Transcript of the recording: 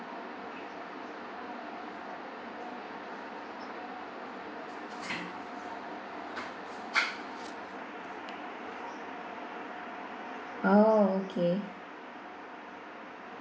orh okay